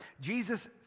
Jesus